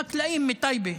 חקלאים מטייבה,